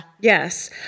yes